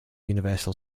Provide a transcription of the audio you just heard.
universal